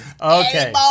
Okay